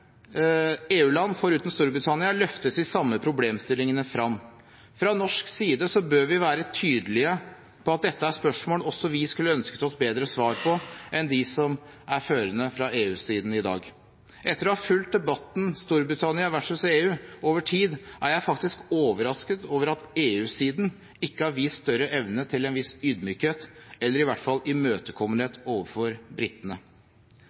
Storbritannia løftes de samme problemstillingene frem. Fra norsk side bør vi være tydelige på at dette er spørsmål også vi skulle ønsket oss bedre svar på enn de som er førende fra EU-siden i dag. Etter å ha fulgt debatten Storbritannia versus EU over tid er jeg faktisk overrasket over at EU-siden ikke har vist større evne til en viss ydmykhet eller i hvert fall imøtekommenhet overfor britene